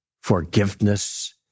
forgiveness